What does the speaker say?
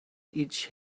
each